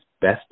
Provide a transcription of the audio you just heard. best